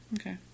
Okay